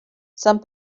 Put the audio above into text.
sant